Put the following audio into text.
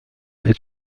est